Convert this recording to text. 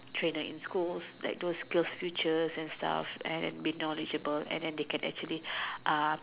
trainer in schools like those skills future and stuffs and be knowledgeable and they can actually be uh